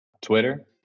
Twitter